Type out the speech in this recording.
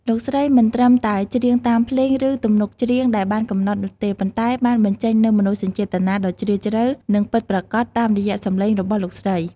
លោកស្រីមិនត្រឹមតែច្រៀងតាមភ្លេង ឬទំនុកច្រៀងដែលបានកំណត់នោះទេ ប៉ុន្តែបានបញ្ចេញនូវ មនោសញ្ចេតនា ដ៏ជ្រាលជ្រៅ និងពិតប្រាកដតាមរយៈសំឡេងរបស់លោកស្រី។